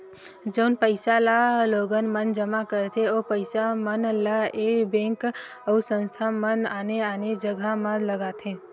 जउन पइसा ल लोगन मन जमा करथे ओ पइसा मन ल ऐ बेंक अउ संस्था मन आने आने जघा म लगाथे